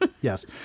Yes